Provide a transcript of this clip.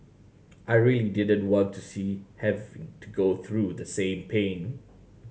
I really didn't want to see have to go through the same pain